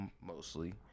mostly